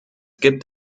gibt